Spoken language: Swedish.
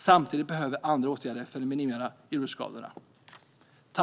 Samtidigt behövs andra åtgärder för att minimera rovdjursskadorna.